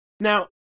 Now